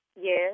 Yes